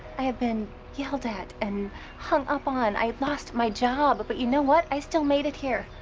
i have been yelled at and hung up on. i lost my job. but you know what? i still made it here.